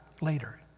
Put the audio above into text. later